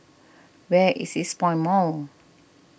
where is Eastpoint Mall